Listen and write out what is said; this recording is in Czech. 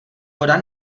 voda